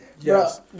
Yes